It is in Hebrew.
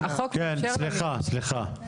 סליחה,